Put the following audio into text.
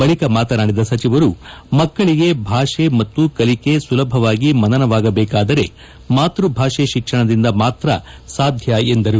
ಬಳಿಕ ಮಾತನಾಡಿದ ಸಚಿವರು ಮಕ್ಕಳಿಗೆ ಭಾಷೆ ಮತ್ತು ಕಲಿಕೆ ಸುಲಭವಾಗಿ ಮನನವಾಗಬೇಕಾದರೆ ಮಾತೃ ಭಾಷೆ ಶಿಕ್ಷಣದಿಂದ ಮಾತ್ರ ಸಾಧ್ಯ ಎಂದರು